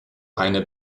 eine